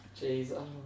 Jeez